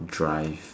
drive